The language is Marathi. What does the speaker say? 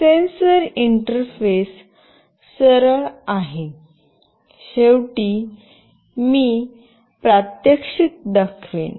सेन्सर इंटरफेस सरळ आहे शेवटी मी प्रात्यक्षिक दाखवीन